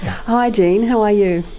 hi gene, how are you?